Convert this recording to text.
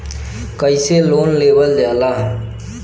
कैसे लोन लेवल जाला?